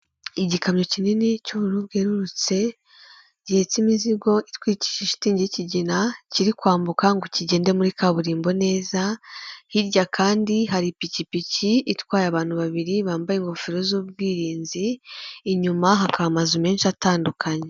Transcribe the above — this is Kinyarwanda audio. igikamyo kinini cy'ubururu bwerurutse gihetse imizigo itwikije ishitingi y'ikigina kiri kwambuka ngo kigende muri kaburimbo neza hirya kandi hari ipikipiki itwaye abantu babiri bambaye ingofero z'ubwirinzi inyuma hakaba amazu menshi atandukanye.